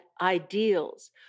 ideals